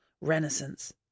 renaissance